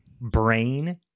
brain